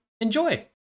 Enjoy